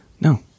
No